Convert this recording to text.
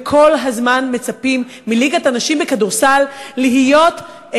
כל הזמן מצפים מליגת הנשים בכדורסל להיות,